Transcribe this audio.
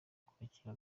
kwakira